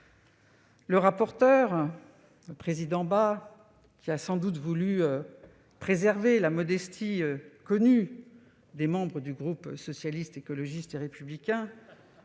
Le rapporteur, le président Bas, a sans doute voulu préserver la modestie bien connue des membres du groupe Socialiste, Écologiste et Républicain,